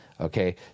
okay